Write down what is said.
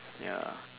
ya